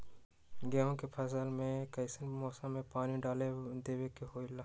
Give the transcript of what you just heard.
गेहूं के फसल में कइसन मौसम में पानी डालें देबे के होला?